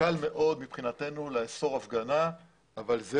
קל מאוד מבחינתנו לאסור הפגנה אבל זה